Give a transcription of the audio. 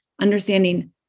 understanding